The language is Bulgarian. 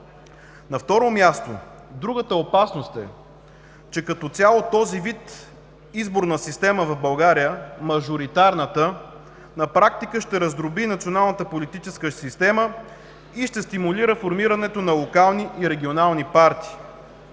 На второ място, другата опасност е, че като цяло този вид изборна система в България – мажоритарната, на практика ще раздроби националната политическа система и ще стимулира формирането на локални и регионални партии.